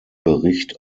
bericht